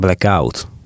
Blackout